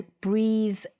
Breathe